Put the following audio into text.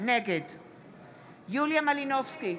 נגד יוליה מלינובסקי,